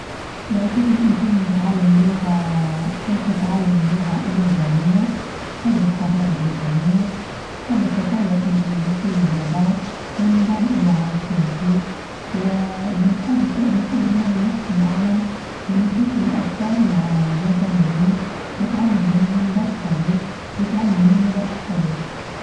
لو كان بإمكاني نتعلم لغة كنت نتعلم اللغة اليابانية نحب الحضارة اليابانية نحب التطور الي وصلوا اليابان والنظام اللي عايشين فيه ونحب ونحب نولي نحكي معاهم ونتبادل الأفكار مع اليابانيين نتعلم منهم برشا حاچات ويتعلموا مني برشا حاچات.